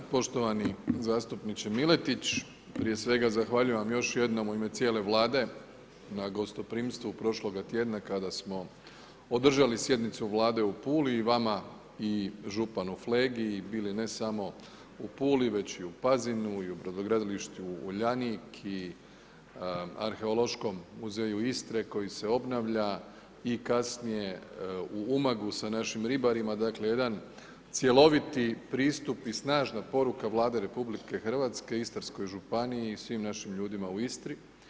Poštovani zastupniče Miletić, prije svega zahvaljujem vam još jednom u ime cijele Vlade na gostoprimstvu prošloga tjedna kada smo održali sjednicu Vlade u Puli i vama i županu Flegi ili ne samo u Puli, već i u Pazinu, i u brodogradilištu Uljanik i arheološkom muzeju Istre koji se obnavlja i kasnije u Umagu s našim ribarima, dakle jedan cjeloviti pristup i snažna poruka Vlade RH i Istarskoj županiji i svim našim ljudima u Istri.